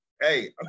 Hey